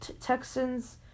Texans